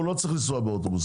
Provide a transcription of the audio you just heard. הוא לא צריך לנסוע באוטובוס,